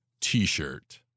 t-shirt